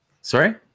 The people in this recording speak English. Sorry